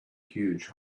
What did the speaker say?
huge